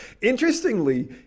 Interestingly